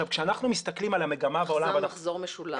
מחז"ם, מחזור משולב.